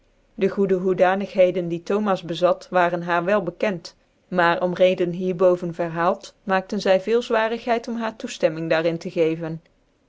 de goede hoedanigheden die thomas bezat waren haar wel bekent maar om reden hier boven verhaald maakten zy veel zwarigheid om haar toeftemming daar in tc geven